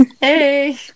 Hey